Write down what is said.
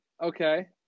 Okay